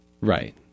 Right